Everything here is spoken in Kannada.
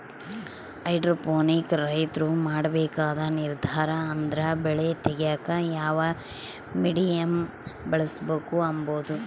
ಹೈಡ್ರೋಪೋನಿಕ್ ರೈತ್ರು ಮಾಡ್ಬೇಕಾದ ನಿರ್ದಾರ ಅಂದ್ರ ಬೆಳೆ ತೆಗ್ಯೇಕ ಯಾವ ಮೀಡಿಯಮ್ ಬಳುಸ್ಬಕು ಅಂಬದು